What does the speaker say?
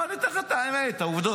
אני אתן לך את האמת, את העובדות.